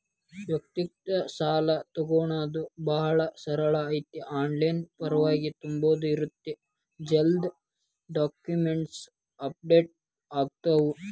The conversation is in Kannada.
ವ್ಯಯಕ್ತಿಕ ಸಾಲಾ ತೊಗೋಣೊದ ಭಾಳ ಸರಳ ಐತಿ ಆನ್ಲೈನ್ ಫಾರಂ ತುಂಬುದ ಇರತ್ತ ಜಲ್ದಿ ಡಾಕ್ಯುಮೆಂಟ್ಸ್ ಅಪ್ಲೋಡ್ ಆಗ್ತಾವ